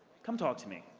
come talk to me.